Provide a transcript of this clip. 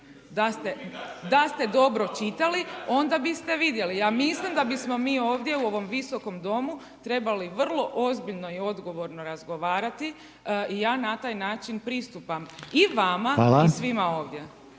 sa strane, ne razumije se./… Ja mislim da bismo mi ovdje u ovom Visokom domu trebalo ozbiljno i odgovorno razgovarati i ja na taj način pristupam. I vama i svima ovdje.